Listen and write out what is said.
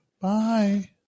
Bye